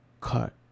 Cut